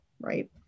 right